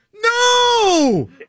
No